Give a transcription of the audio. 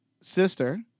sister